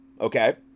okay